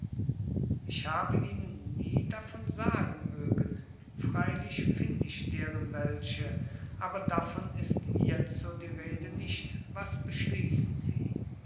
ich habe ihnen nie davon sagen mögen freilich find ich deren welche aber davon ist jetzo die rede nicht was beschließen sie